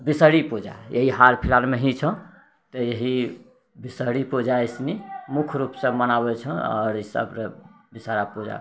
विषहरि पूजा इएही हाल फिलहालमे ही छौ तऽ इएही विषहरि पूजा एहि सनि मुख्य रूपसँ मनाबै छह ई सभ विषहरि पूजा मेन